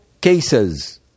cases